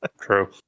true